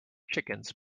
chickens